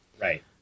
Right